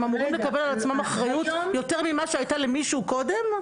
הם אמורים לקבל על עצמם אחריות יותר ממה שהייתה למישהו קודם?